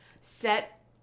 Set